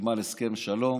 חתימה על הסכם שלום